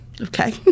Okay